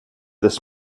this